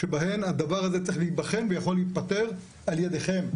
שבהן הדבר הזה צריך להיבחן ויכול להיפתר על ידיכם.